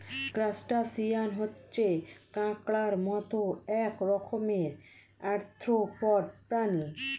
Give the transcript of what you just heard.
crustacean হচ্ছে কাঁকড়ার মত এক রকমের আর্থ্রোপড প্রাণী